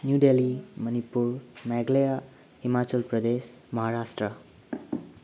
new Delhi Manipur Meghalaya Himachal Pradesh Maharashtra